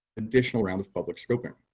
additional round of public scoping.